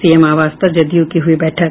CM आवास पर जदयू की हुई बैठक